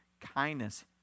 kindness